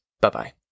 Bye-bye